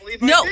No